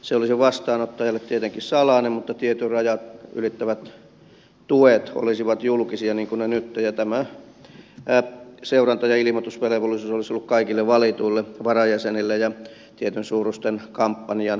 se olisi vastaanottajalle tietenkin salainen mutta tietyn rajan ylittävät tuet olisivat julkisia niin kuin ne nyt ovat ja tämä seuranta ja ilmoitusvelvollisuus olisi ollut kaikille valituille varajäsenille ja tietyn suuruisen kampanjan ylittäville